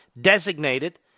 designated